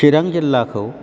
चिरां जिल्लाखौ